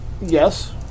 Yes